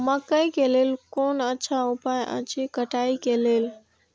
मकैय के लेल कोन अच्छा उपाय अछि कटाई के लेल?